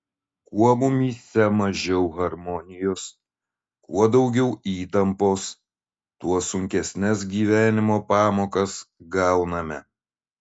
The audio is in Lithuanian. kuo mumyse mažiau harmonijos kuo daugiau įtampos tuo sunkesnes gyvenimo pamokas gauname